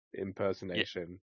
impersonation